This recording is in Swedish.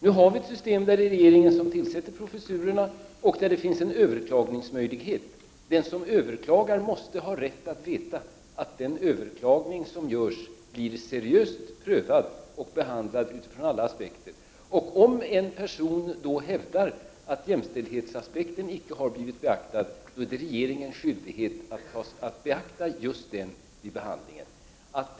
Nu har vi ett system där regeringen tillsätter professurerna och där det finns en möjlighet att överklaga. Den som överklagar måste ha rätt att veta att det överklagande som läggs fram blir seriöst prövat och behandlat utifrån alla aspekter. Om en person då hävdar att jämställdhetsaspekten icke har blivit beaktad, är det regeringens skyldighet att beakta just detta vid behandlingen av ärendet.